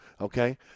okay